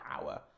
power